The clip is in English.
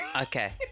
Okay